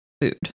food